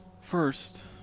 First